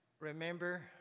Remember